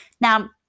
Now